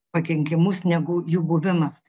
pakenkimus negu jų buvimas